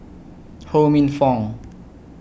Ho Minfong